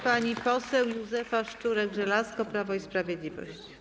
Pani poseł Józefa Szczurek-Żelazko, Prawo i Sprawiedliwość.